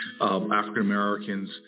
African-Americans